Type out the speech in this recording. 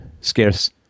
scarce